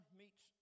meets